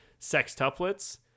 sextuplets